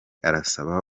arasaba